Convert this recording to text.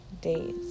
days